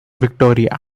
victoria